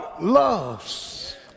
loves